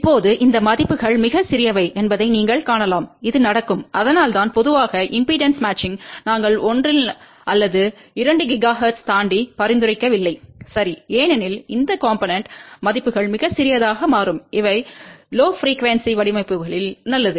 இப்போது இந்த மதிப்புகள் மிகச் சிறியவை என்பதை நீங்கள் காணலாம் இது நடக்கும் அதனால்தான் பொதுவாக இம்பெடன்ஸ் பொருத்தத்தை நாங்கள் 1 அல்லது 2 ஜிகாஹெர்ட்ஸ் தாண்டி பரிந்துரைக்கவில்லை சரி ஏனெனில் இந்த காம்போனென்ட் மதிப்புகள் மிகச் சிறியதாக மாறும் இவை லோ ப்ரிக்யூவென்ஸிணில் வடிவமைப்புகளில் நல்லது